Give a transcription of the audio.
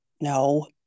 No